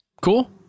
Cool